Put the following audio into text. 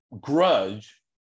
grudge